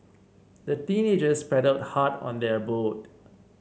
the teenagers paddled hard on their boat